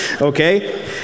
Okay